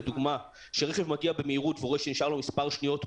לדוגמה כשרכב מגיע במהירות והוא רואה שנשארו לו מספר מועט של שניות,